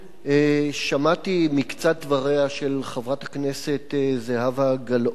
שמעתי מקצת דבריה של חברת הכנסת זהבה גלאון,